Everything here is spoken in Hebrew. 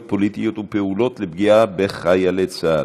פוליטיות ופעולות לפגיעה בחיילי צה"ל,